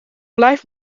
blijft